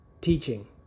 teaching